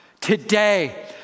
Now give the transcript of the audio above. today